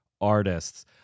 artists